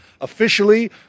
Officially